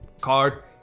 card